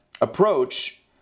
approach